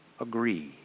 agree